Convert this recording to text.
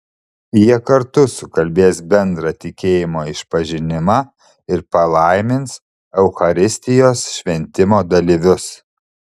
jie kartu sukalbės bendrą tikėjimo išpažinimą ir palaimins eucharistijos šventimo dalyvius